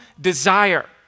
desire